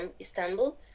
Istanbul